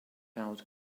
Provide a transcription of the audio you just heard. out